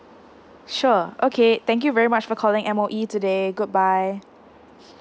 sure okay thank you very much for calling M_O_E today goodbye